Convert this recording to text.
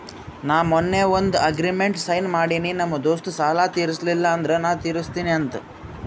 ನಾ ಮೊನ್ನೆ ಒಂದ್ ಅಗ್ರಿಮೆಂಟ್ಗ್ ಸೈನ್ ಮಾಡಿನಿ ನಮ್ ದೋಸ್ತ ಸಾಲಾ ತೀರ್ಸಿಲ್ಲ ಅಂದುರ್ ನಾ ತಿರುಸ್ತಿನಿ ಅಂತ್